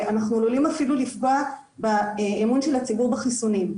ואנחנו עלולים אפילו לפגוע באמון של הציבור בחיסונים.